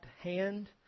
hand